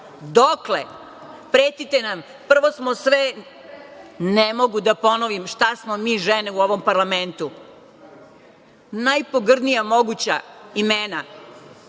Dokle? Pretite nam. Prvo smo sve, ne mogu da ponovim šta smo mi žene u ovom parlamentu, najpogrdnija moguća imena,